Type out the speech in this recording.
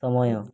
ସମୟ